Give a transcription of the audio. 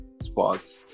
spots